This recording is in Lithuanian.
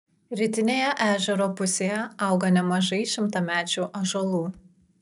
rytinėje ežero pusėje auga nemažai šimtamečių ąžuolų